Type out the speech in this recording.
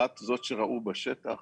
את זאת שראו בשטח